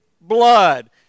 blood